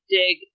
dig